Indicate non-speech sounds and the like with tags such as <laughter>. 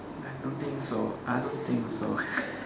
I don't think so I don't think also <laughs>